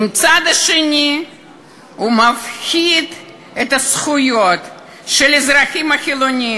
בצד השני הוא מפחית את הזכויות של האזרחים החילונים.